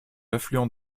affluent